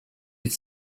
its